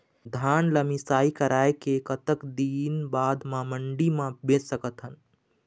धान ला मिसाई कराए के कतक दिन बाद मा मंडी मा बेच सकथन?